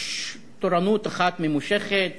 תורנות אחת ממושכת,